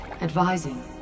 Advising